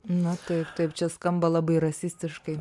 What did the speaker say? na taip taip čia skamba labai rasistiškai